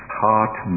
heart